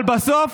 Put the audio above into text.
אבל בסוף,